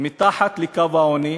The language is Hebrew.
מתחת לקו העוני